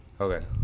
Okay